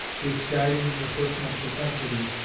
which guiding the personal propensities,